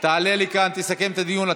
תעלה לכאן, תסכם את הדיון.